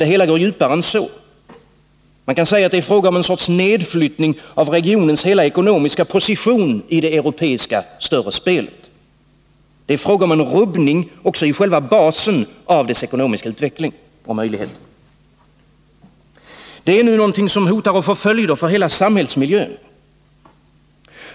Det hela går djupare än så. Man kan säga att det i det större europeiska spelet är fråga om en sorts nedflyttning av regionens hela ekonomiska position. Det gäller också en rubbning av själva basen för regionens ekonomiska utveckling och möjligheter. Detta är någonting som hotar att få följder för hela samhällsmiljön.